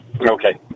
Okay